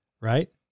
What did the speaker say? right